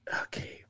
Okay